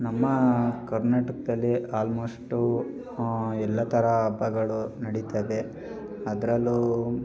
ನಮ್ಮ ಕರ್ನಾಟಕದಲ್ಲಿ ಆಲ್ಮೋಸ್ಟೂ ಎಲ್ಲ ಥರ ಹಬ್ಬಗಳು ನಡಿತದೆ ಅದರಲ್ಲೂ